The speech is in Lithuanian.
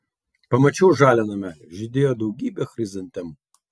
pamačiau žalią namelį žydėjo daugybė chrizantemų